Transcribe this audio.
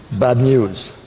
bad news.